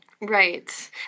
Right